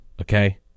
okay